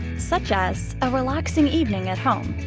such as a relaxing evening at home.